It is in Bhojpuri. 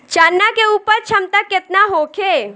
चना के उपज क्षमता केतना होखे?